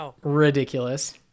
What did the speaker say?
ridiculous